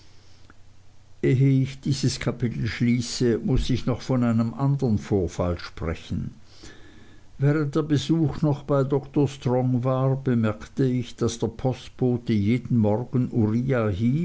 ich dieses kapitel schließe muß ich noch von einem andern vorfall sprechen während der besuch noch bei dr strong war bemerkte ich daß der postbote jeden morgen uriah